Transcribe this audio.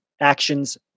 actions